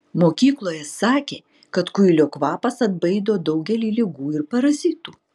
mokykloje sakė kad kuilio kvapas atbaido daugelį ligų ir parazitų